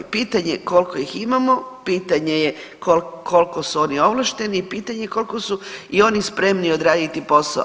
Pitanje je koliko ih imamo, pitanje je koliko su oni ovlašteni i pitanje je koliko su oni spremni odraditi posao.